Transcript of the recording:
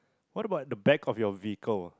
what about the back of your vehicle